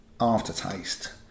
Aftertaste